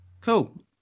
Cool